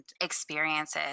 experiences